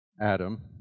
Adam